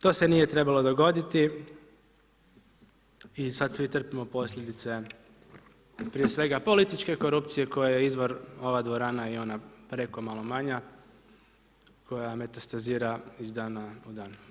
To se nije trebalo dogoditi i sada svi trpimo posljedice, prije svega političke korupcije koja je izvor ova dvorana i ona preko malo manja koja metastazira iz dana u dan.